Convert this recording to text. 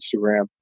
Instagram